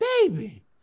baby